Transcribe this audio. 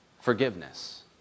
forgiveness